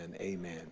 Amen